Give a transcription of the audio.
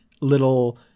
little